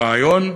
לרעיון,